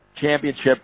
Championship